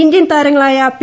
Indian താരങ്ങളായ P